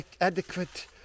adequate